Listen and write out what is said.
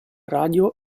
radio